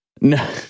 No